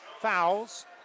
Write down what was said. fouls